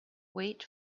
wait